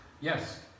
Yes